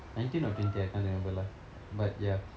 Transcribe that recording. nineteen or twenty I can't remember lah but ya